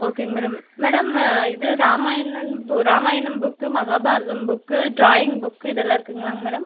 ஓகேங்க madam madam இது ராமாயணன் பு Ramayanam book Mahabharatam book drawing book இதெல்லாம் இருக்குங்களாங்க மேடம்